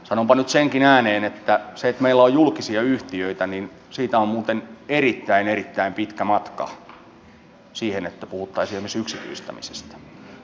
sanonpa nyt ääneen senkin että siitä että meillä on julkisia yhtiöitä on muuten erittäin erittäin pitkä matka siihen että puhuttaisiin esimerkiksi yksityistämisestä